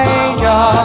angel